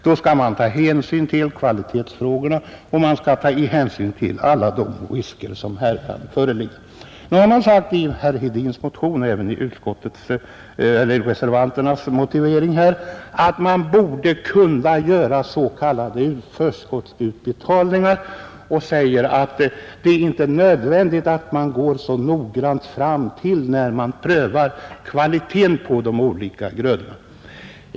Då skall man ta hänsyn till kvalitetsfrågorna och till alla de risker som här kan föreligga. Nu sägs det i herr Hedins motion och även i reservanternas motivering att man borde kunna göra s.k. förskottsutbetalningar och att det inte är nödvändigt att man går så noggrant fram när man prövar kvaliteten på de olika grödorna.